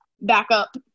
backup